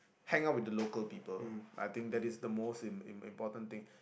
hang out with the local people I think that is the most im~ im~ important thing